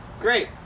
Great